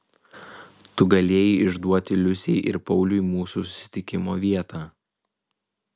tu galėjai išduoti liusei ir pauliui mūsų susitikimo vietą